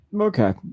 Okay